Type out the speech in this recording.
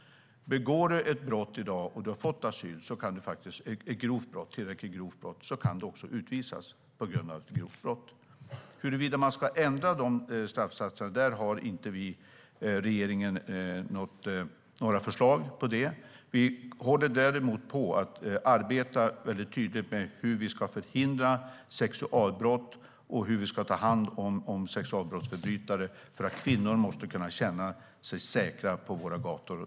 Om man har fått asyl och begår ett tillräckligt grovt brott i dag kan man också utvisas på grund av det. Regeringen har inte några förslag när det gäller huruvida de straffsatserna ska ändras. Vi arbetar däremot med hur vi ska förhindra sexualbrott och hur vi ska ta hand om sexualbrottsförbrytare. Kvinnor måste kunna känna sig säkra på våra gator.